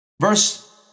Verse